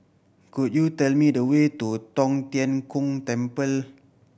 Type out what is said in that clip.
could you tell me the way to Tong Tien Kung Temple